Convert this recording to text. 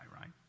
right